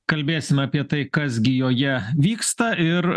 kalbėsim apie tai kas gi joje vyksta ir